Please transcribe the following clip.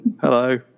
Hello